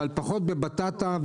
אבל פחות בבטטה,